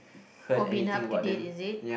oh being up to date is it